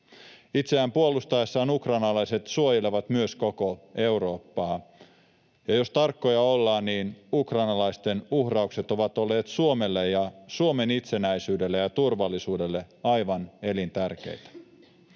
Itseään puolustaessaan ukrainalaiset suojelevat myös koko Eurooppaa, ja jos tarkkoja ollaan, niin ukrainalaisten uhraukset ovat olleet Suomelle ja Suomen itsenäisyydelle ja turvallisuudelle aivan elintärkeitä.